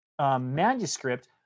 manuscript